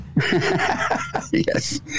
Yes